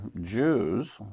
jews